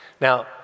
Now